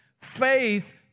faith